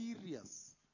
serious